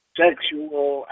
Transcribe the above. sexual